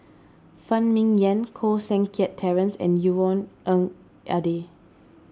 Phan Ming Yen Koh Seng Kiat Terence and Yvonne Ng Uhde